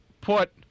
put